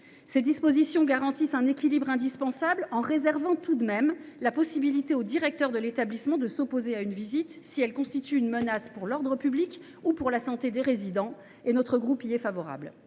Ces dispositions garantissent un équilibre indispensable en réservant tout de même la possibilité au directeur de l’établissement de s’opposer à une visite si elle constitue une menace pour l’ordre public ou pour la santé des résidents. Mon groupe y est favorable.